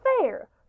fair